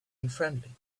unfriendly